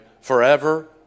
forever